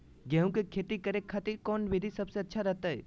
गेहूं के खेती करे खातिर कौन विधि सबसे अच्छा रहतय?